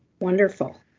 Wonderful